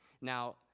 Now